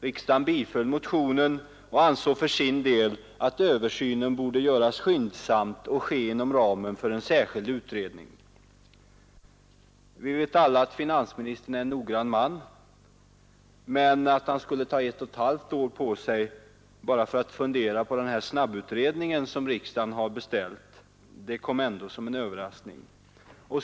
Riksdagen biföll motionen och ansåg för sin del att översynen borde göras skyndsamt och ske inom ramen för en särskild utredning. Vi vet alla att finansministern är en noggrann man, men att han skulle ta ett och ett halvt år på sig bara för att fundera på den snabbutredning som riksdagen beställde kom ändå som en överraskning.